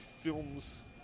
films